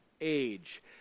age